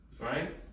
Right